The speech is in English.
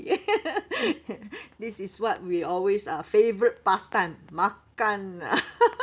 this is what we always uh favourite pastime makan lah